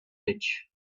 ditch